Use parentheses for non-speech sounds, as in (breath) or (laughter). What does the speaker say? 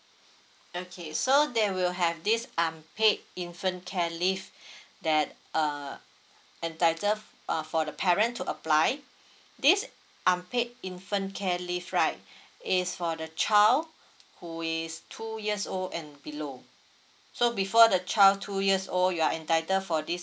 okay so there will have this unpaid infant care leave (breath) that uh entitle uh for the parent to apply this unpaid infant care leave right is for the child who is two years old and below so before the child two years old you are entitled for this